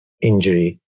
injury